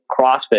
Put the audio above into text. CrossFit